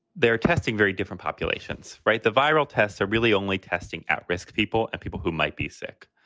they're testing very different populations. right. the viral tests are really only testing at risk people and people who might be sick.